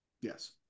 Yes